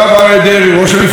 יושב-ראש התנועה,